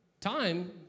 Time